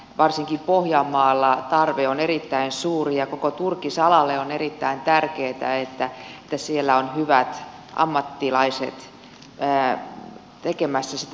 varsinkin pohjanmaalla tarve on erittäin suuri ja koko turkisalalle on erittäin tärkeätä että siellä on hyvät ammattilaiset tekemässä sitä tärkeätä elinkeinoa